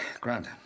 Grant